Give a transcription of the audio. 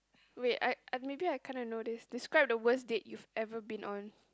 wait I I maybe I kind of know this describe the worst date you've ever been on